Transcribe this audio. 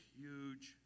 huge